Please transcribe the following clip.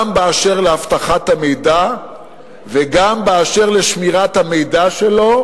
גם באשר לאבטחת המידע וגם באשר לשמירת המידע שלו,